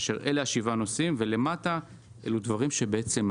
אלה שבעת הנושאים, ולמטה זה מעטפת,